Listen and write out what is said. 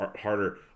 harder